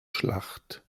schlacht